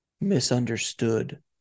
misunderstood